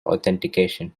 authentication